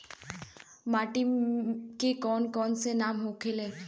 माटी के कौन कौन नाम होखे ला?